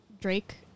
Drake